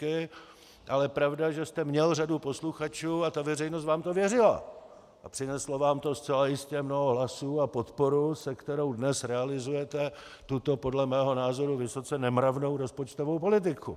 Ale je pravda, že jste měl řadu posluchačů a veřejnost vám to věřila a přineslo vám to zcela jistě mnoho hlasů a podporu, se kterou dnes realizujete tuto podle mého názoru vysoce nemravnou rozpočtovou politiku.